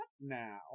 now